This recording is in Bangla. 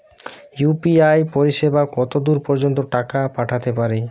ইউ.পি.আই পরিসেবা কতদূর পর্জন্ত টাকা পাঠাতে পারি?